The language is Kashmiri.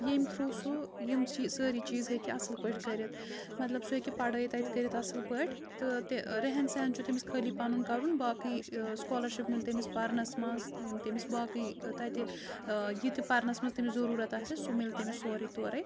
ییٚمہِ تھرٛوٗ سُہ یِم چیٖز سٲری چیٖز ہیٚکہِ اصٕل پٲٹھۍ کٔرِتھ مطلب سُہ ہیٚکہِ پَڑھٲے تَتہِ کٔرِتھ اصٕل پٲٹھۍ تہٕ تہِ ریٚہن سیٚہن چھُ تٔمِس خٲلی پَنُن کَرُن باقٕے ٲں سُکالَرشِپ میلہِ تٔمِس پَرنَس منٛز یِم تٔمِس باقٕے تَتہِ ٲں یہِ تہِ پَرنَس منٛز تٔمِس ضروٗرَت آسہِ سُہ میلہِ تٔمِس سورُے تورے